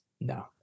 No